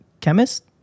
chemist